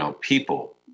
people